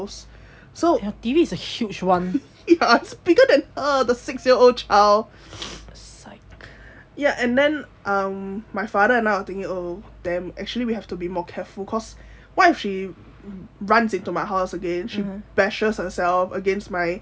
so ya bigger than the six year old child ya and then um my father and I were thinking oh then actually we have to be more careful cause what if she runs into my house again she bashes herself against my